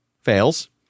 fails